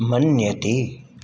मन्यते